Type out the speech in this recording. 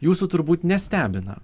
jūsų turbūt nestebina